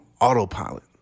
autopilot